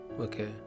okay